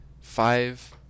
Five